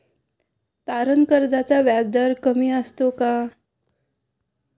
तारण कर्जाचा व्याजदर कमी असतो का?